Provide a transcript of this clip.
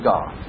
God